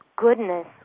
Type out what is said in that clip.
goodness